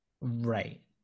right